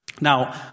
Now